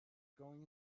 going